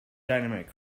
dynamite